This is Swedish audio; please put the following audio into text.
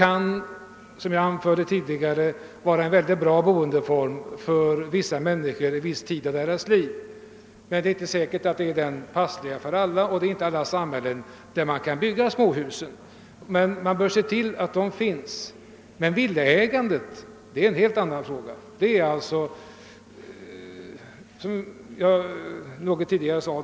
Att bo i småhus kan vara en mycket bra boendeform för människor under en viss tid av deras liv, men det är inte säkert att det är den mest passande boendeformen för alla. Och man kan inte bygga småhus i alla samhällen. Men vi bör se till att möjligheten att bo i småhus också finns. Att äga en villa är däremot en helt annan sak.